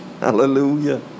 Hallelujah